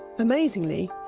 amazingly,